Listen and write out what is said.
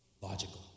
logical